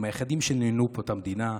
הם היחידים שניהלו פה את המדינה,